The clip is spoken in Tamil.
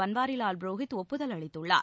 பன்வாரிலால் புரோஹித் ஒப்புதல் அளித்துள்ளார்